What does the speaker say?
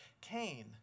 Cain